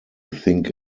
think